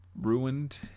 ruined